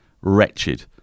wretched